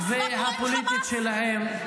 מה קורה עם חמאס?